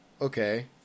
okay